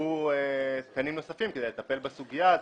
נוספו תקנים נוספים כדי לטפל בסוגיה הזאת.